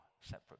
separate